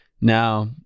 Now